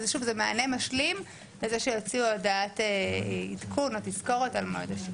אבל זה מענה משלים לזה שיוציאו הודעת עדכון או תזכורת על מועד השחרור.